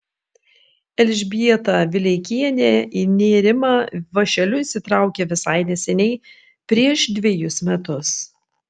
elžbieta vileikienė į nėrimą vąšeliu įsitraukė visai neseniai prieš dvejus metus